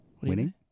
winning